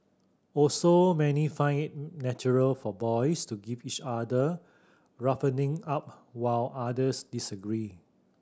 also many find it natural for boys to give each other roughening up while others disagree